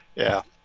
yeah.